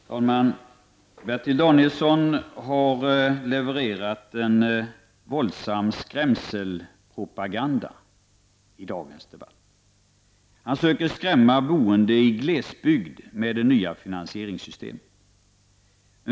Herr talman! Bertil Danielsson har levererat en våldsam skrämselpropaganda i dagens debatt. Han försöker skrämma boende i glesbygden med det nya finansieringssystemet.